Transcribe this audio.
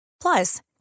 Plus